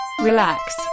relax